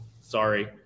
sorry